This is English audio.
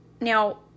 Now